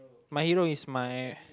my hero is my